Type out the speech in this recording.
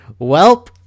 Welp